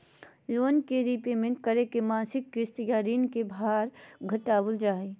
loan के prepayment करके मासिक किस्त या ऋण के भार घटावल जा हय